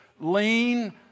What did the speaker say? Lean